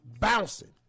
Bouncing